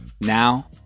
Now